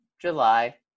July